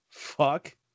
Fuck